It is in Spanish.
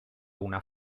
una